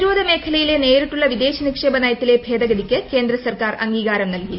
പ്രതിരോധ മേഖലയിലെ നേരിട്ടുള്ള വിദേശനിക്ഷേപ നയത്തിലെ ഭേദഗതിക്ക് കേന്ദ്ര സർക്കാർ അംഗീകാരം നൽകി